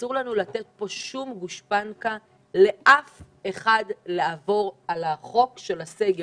אסור לנו לתת פה שום גושפנקה לאף אחד לעבור על החוק של הסגר.